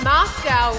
Moscow